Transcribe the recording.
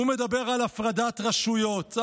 הוא מדבר על הפרדת רשויות.